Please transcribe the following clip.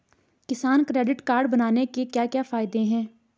किसान credit card बनाने के क्या क्या फायदे हैं?